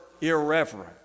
irreverent